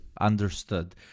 Understood